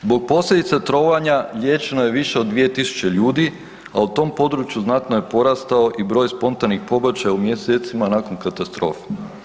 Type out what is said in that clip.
Zbog posljedica trovanja liječeno je više od 2 000 ljudi, a u tom području znatno je porastao i broj spontanih pobačaja u mjesecima nakon katastrofe.